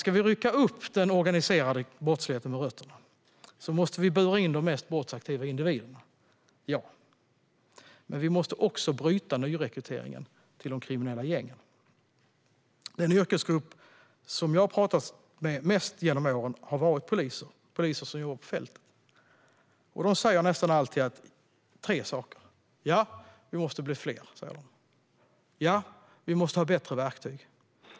Om vi ska rycka upp den organiserade brottsligheten med rötterna måste vi bura in de mest brottsaktiva individerna - ja. Men vi måste också bryta nyrekryteringen till de kriminella gängen. Den yrkesgrupp jag har pratat mest med genom åren har varit poliser som jobbar på fältet. De säger nästan alltid tre saker: Ja, vi måste bli fler. Ja, vi måste få bättre verktyg.